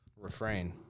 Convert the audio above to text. refrain